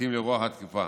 המתאים לרוח התקופה.